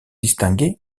distingués